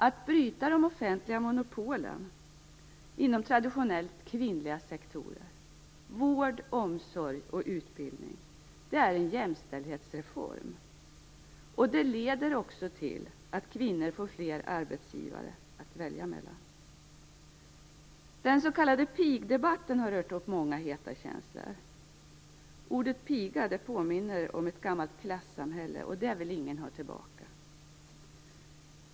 Att bryta de offentliga monopolen inom traditionellt kvinnliga sektorer som vård, omsorg och utbildning är en jämställdhetsreform. Det leder också till att kvinnor får fler arbetsgivare att välja mellan. Den s.k. pigdebatten har rört upp många heta känslor. Ordet piga påminner om ett gammalt klasssamhälle, och det vill ingen ha tillbaka.